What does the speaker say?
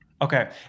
Okay